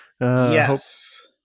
Yes